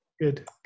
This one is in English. Good